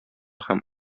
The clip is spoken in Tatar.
һәм